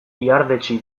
ihardetsi